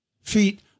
feet